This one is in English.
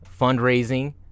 fundraising